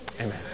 Amen